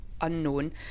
unknown